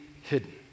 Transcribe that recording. hidden